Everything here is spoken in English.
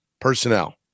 personnel